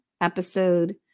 episode